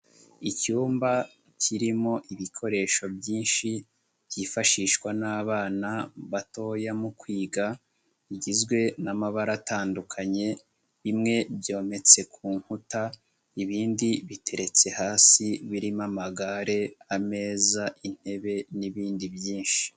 Icyumba kirimo ibikoresho byinshi byifashishwa n'abana batoya mu kwiga, bigizwe n'amabara atandukanye, bimwe byometse ku nkuta, ibindi biteretse hasi birimo amagare, ameza, intebe n'ibindi byinshi.